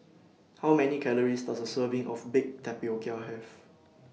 How Many Calories Does A Serving of Baked Tapioca Have